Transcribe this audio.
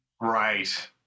Right